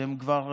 שהם כבר,